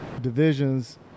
divisions